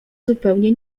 zupełnie